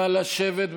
נא לשבת,